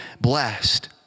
blessed